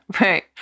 Right